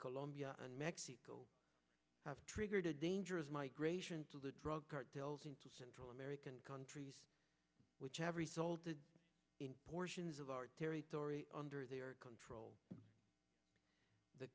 colombia and mexico has triggered a dangerous migration to the drug cartels into central american countries which have resulted in portions of our territory under their control the